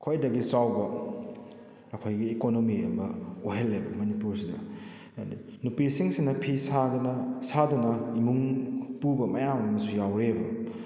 ꯈ꯭ꯋꯥꯏꯗꯒꯤ ꯆꯥꯎꯕ ꯑꯩꯈꯣꯏꯒꯤ ꯏꯀꯣꯅꯣꯃꯤ ꯑꯃ ꯑꯣꯏꯍꯜꯂꯦꯕ ꯃꯅꯤꯄꯨꯔꯁꯤꯗ ꯑꯗꯨꯗꯩ ꯅꯨꯄꯤꯁꯤꯡꯁꯤꯅ ꯐꯤ ꯁꯥꯗꯅ ꯁꯥꯗꯨꯅ ꯏꯃꯨꯡ ꯄꯨꯕ ꯃꯌꯥꯝ ꯑꯃꯁꯨ ꯌꯥꯎꯔꯤꯕ